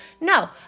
no